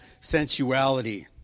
sensuality